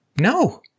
No